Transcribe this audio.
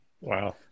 Wow